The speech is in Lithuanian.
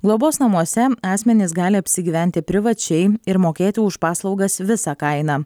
globos namuose asmenys gali apsigyventi privačiai ir mokėti už paslaugas visą kainą